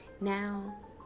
Now